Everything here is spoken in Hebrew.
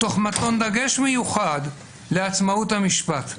תוך מתן דגש מיוחד לעצמאות המשפט.